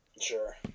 Sure